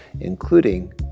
including